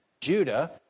Judah